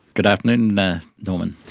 good afternoon norman.